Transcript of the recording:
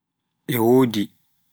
e wodi.